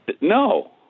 No